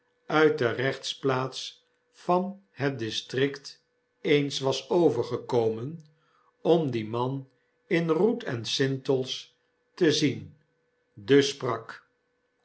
uit de rechtsplaats van het district eens was overgekomen om dien man in roet en sintels te zien dus sprak